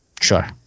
Sure